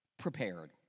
prepared